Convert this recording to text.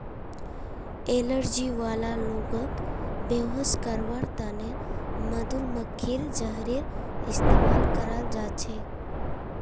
allergy वाला लोगक बेहोश करवार त न मधुमक्खीर जहरेर इस्तमाल कराल जा छेक